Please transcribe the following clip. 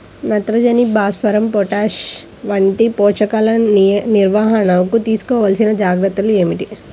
నత్రజని, భాస్వరం, పొటాష్ వంటి పోషకాల నిర్వహణకు తీసుకోవలసిన జాగ్రత్తలు ఏమిటీ?